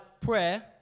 prayer